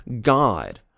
God